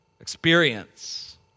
experience